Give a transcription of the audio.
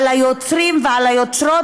על היוצרים ועל היוצרות,